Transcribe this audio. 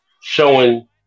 showing